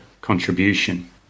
contribution